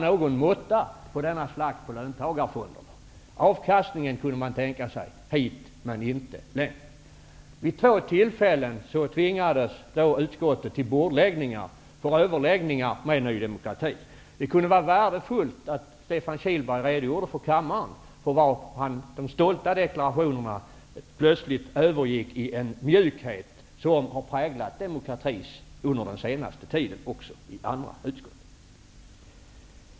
Någon måtta på slakten av löntagarfonderna fick det vara. Beträffande avkastningen kunde man tänka sig följande: Hit men inte längre. Vid två tillfällen tvingades utskottet till bordläggning för överläggningar med Ny demokrati. Det kunde vara värdefullt om Stefan Kihlberg redogjorde för kammaren varför de stolta deklarationerna plötsligt övergick i den mjukhet som har präglat Ny demokrati under den senaste tiden -- det gäller också i andra utskott.